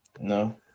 No